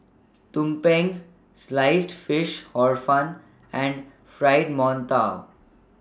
Tumpeng Sliced Fish Hor Fun and Fried mantou